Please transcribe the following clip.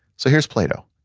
so here's plato.